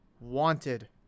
wanted